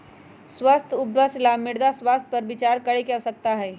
स्वस्थ उपज ला मृदा स्वास्थ्य पर विचार करे के आवश्यकता हई